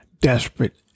desperate